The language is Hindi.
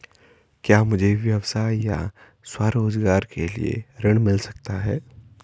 क्या मुझे व्यवसाय या स्वरोज़गार के लिए ऋण मिल सकता है?